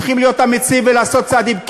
צריכים להיות אמיצים ולעשות צעדים.